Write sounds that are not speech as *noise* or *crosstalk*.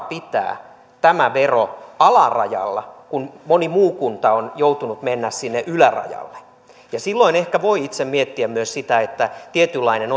*unintelligible* pitää tämä vero alarajalla kun moni muu kunta on joutunut menemään ylärajalle silloin ehkä voi itse miettiä myös sitä että tietynlainen *unintelligible*